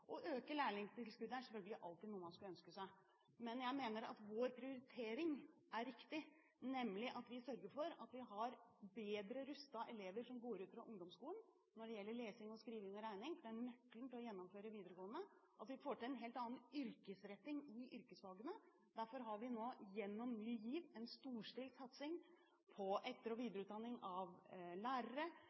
Å øke lærlingtilskuddet er selvfølgelig noe man alltid skulle ønske seg. Men jeg mener at vår prioritering er riktig, nemlig å sørge for at elever som går ut av ungdomsskolen, er bedre rustet når det gjelder lesing, skriving og regning, for det er nøkkelen til å gjennomføre videregående, og at vi får til en helt annen yrkesretting i yrkesfagene. Derfor har vi nå gjennom Ny GIV en storstilt satsing på etter- og videreutdanning av lærere,